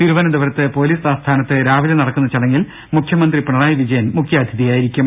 തിരുവനന്തപുരത്ത് പൊലീസ് ആസ്ഥാനത്ത് രാവിലെ നടക്കുന്ന ചടങ്ങിൽ മുഖ്യമന്ത്രി പിണറായി വിജയൻ മുഖ്യാതിഥിയായിരിക്കും